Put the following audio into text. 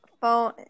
phone